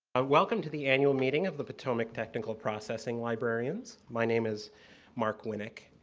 ah welcome to the annual meeting of the potomac technical processing librarians. my name is mark winek.